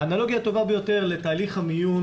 האנלוגיה הטובה ביותר לתהליך המיון